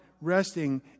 resting